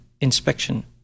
inspection